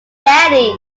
daddy